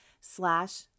slash